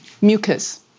mucus